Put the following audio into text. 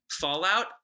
Fallout